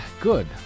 Good